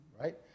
Right